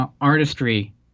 artistry